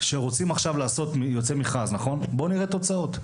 כשיוצא עכשיו מכרז בואו נראה את התוצאות.